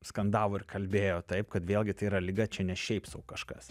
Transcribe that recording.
skandavo ir kalbėjo taip kad vėlgi tai yra liga čia ne šiaip sau kažkas